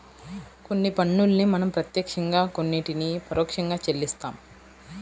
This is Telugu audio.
కొన్ని పన్నుల్ని మనం ప్రత్యక్షంగా కొన్నిటిని పరోక్షంగా చెల్లిస్తాం